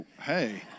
hey